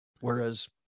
Whereas